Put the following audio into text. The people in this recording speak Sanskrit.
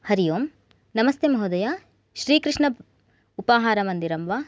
हरि ओम् नमस्ते महोदय श्रीकृष्ण उपहारमन्दिरं वा